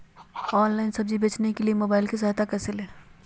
Online सब्जी बेचने के लिए मोबाईल की सहायता कैसे ले?